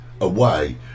away